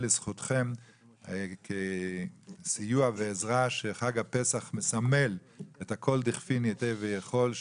לזכותכם כסיוע ועזרה שחג הפסח מסמל את כל דכפין ייתי וייכל.